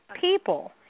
people